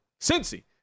Cincy